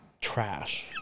Trash